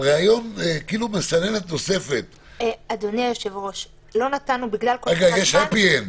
שזה מסננת נוספת, על התרשמות משיחה איתו.